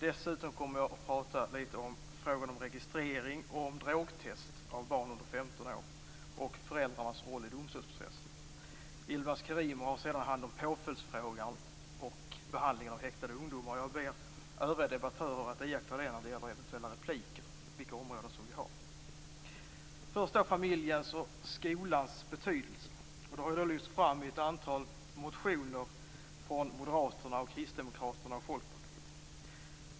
Dessutom kommer jag att tala om registrering, drogtest av barn under 15 år och föräldrarnas roll i domstolsprocessen. Yilmaz Kerimo har hand om påföljdsfrågan och behandlingen av häktade ungdomar. Jag ber övriga debattörer att iaktta vilka områden vi har när det gäller eventuella repliker. Först om familjens och skolans betydelse. Det har lyfts fram i ett antal motioner från Moderaterna, Kristdemokraterna och Folkpartiet.